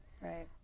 Right